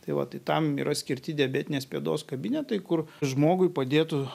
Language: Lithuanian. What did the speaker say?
tai va tai tam yra skirti diabetinės pėdos kabinetai kur žmogui padėtų